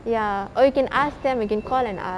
ya or you can ask them again call and ask